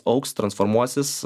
augs transformuosis